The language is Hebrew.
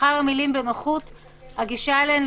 לאחר המילים "בנוחות הגישה אליהם",